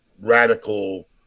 radical